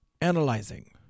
analyzing